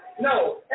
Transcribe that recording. no